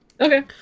Okay